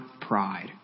pride